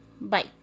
bye